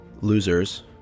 Losers